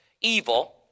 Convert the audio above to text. evil